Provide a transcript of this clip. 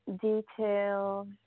detail